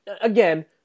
again